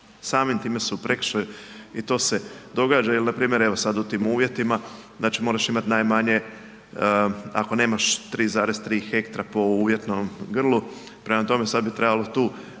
Samim time su u prekršaju i to se događa ili npr. evo, sad u tim uvjetima, znači moraš imati najmanje, ako nemaš 3,3 hektra po uvjetnom grlu, prema tome, sad bi trebalo tu